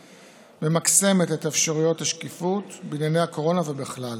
וממקסמת את אפשרויות השקיפות בענייני הקורונה ובכלל.